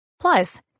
Plus